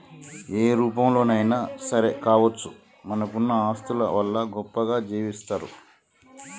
ఏ రూపంలోనైనా సరే కావచ్చు మనకున్న ఆస్తుల వల్ల గొప్పగా జీవిస్తరు